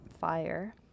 fire